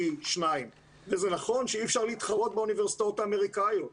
זה נכון שאי אפשר להתחרות באוניברסיטאות האמריקאיות,